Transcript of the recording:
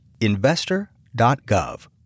Investor.gov